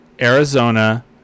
Arizona